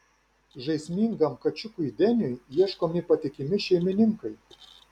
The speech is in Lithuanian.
žaismingam kačiukui deniui ieškomi patikimi šeimininkai